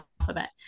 alphabet